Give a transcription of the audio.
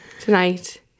tonight